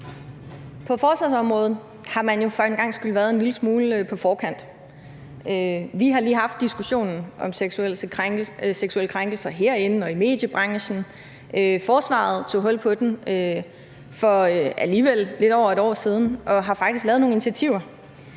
På forsvarsområdet har man jo for en gangs skyld været en lille smule på forkant. Vi har lige haft diskussionen om seksuelle krænkelser herinde og i mediebranchen. Forsvaret tog hul på den for alligevel lidt over et år siden og har faktisk lavet nogle initiativer.